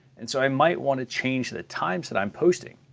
and so i might wanna change the times that i'm posting.